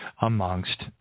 amongst